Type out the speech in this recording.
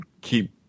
keep